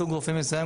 סוג רופאים מסוים,